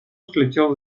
слетел